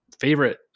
favorite